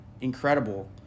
incredible